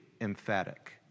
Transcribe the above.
emphatic